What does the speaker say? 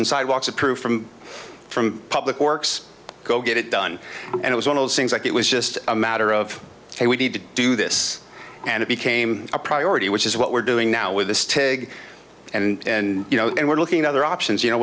and sidewalks of proof from from public works go get it done and it was one of those things like it was just a matter of hey we need to do this and it became a priority which is what we're doing now with the stigma and you know and we're looking at other options you know